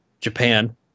Japan